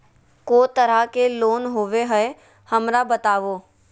को तरह के लोन होवे हय, हमरा बताबो?